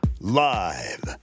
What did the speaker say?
Live